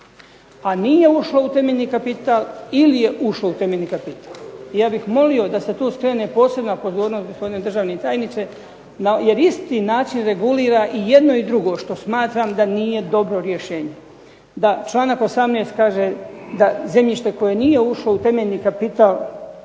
a nije ušlo u temeljni kapital ili je ušlo u temeljni kapital. I ja bih molio da se tu skrene posebna pozornost gospodine državni tajniče, jer isti način regulira i jedno i drugo što smatram da nije dobro rješenje, da članak 18. kaže da zemljište koje nije ušlo u temeljni kapital,